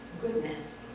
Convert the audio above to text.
goodness